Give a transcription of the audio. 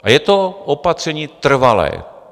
A je to opatření trvalé.